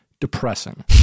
depressing